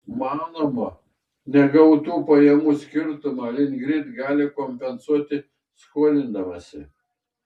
manoma negautų pajamų skirtumą litgrid gali kompensuoti skolindamasi